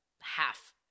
half